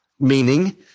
meaning